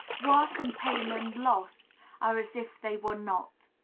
work and pain and loss are as if they were not.